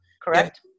correct